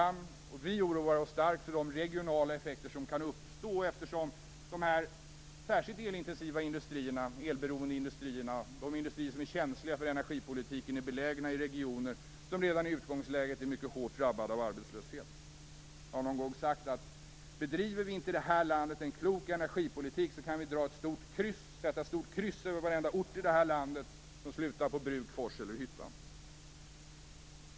Vi oroar oss starkt för de regionala effekter som kan uppstå, eftersom de särskilt elberoende industrierna - de industrier som är känsliga när det gäller energipolitiken - är belägna i regioner som redan i utgångsläget är mycket hårt drabbade av arbetslöshet. Jag har någon gång sagt att vi, om vi inte bedriver en klok energipolitik, kan sätta ett stort kryss över varenda ort i det här landet som slutar på bruk, fors eller hyttan.